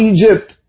Egypt